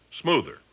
smoother